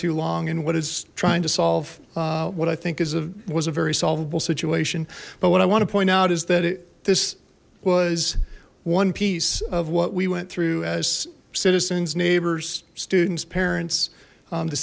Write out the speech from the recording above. too long and what is trying to solve what i think is a was a very solvable situation but what i want to point out is that it this was one piece of what we went through as citizens neighbors students parents